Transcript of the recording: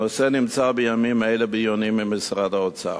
הנושא נמצא בימים אלה בדיונים עם משרד האוצר.